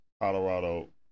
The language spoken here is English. Colorado